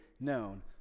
known